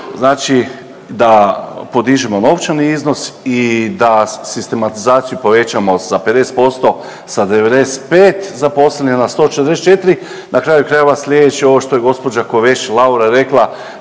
Znači da podižemo novčani iznos i da sistematizaciju povećamo za 50% sa 95 zaposlenih, na 144. Na kraju krajeva slijedeći ovo što je gospođa Koveš Laura rekla